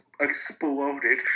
exploded